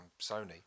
Sony